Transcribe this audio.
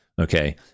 Okay